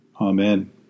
Amen